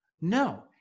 No